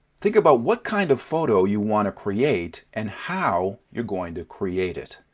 think about what kind of photo you want to create and how you're going to create it.